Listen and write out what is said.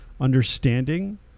understanding